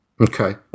Okay